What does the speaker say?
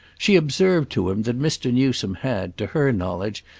she observed to him that mr. newsome had, to her knowledge,